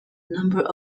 number